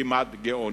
כמעט גאוני.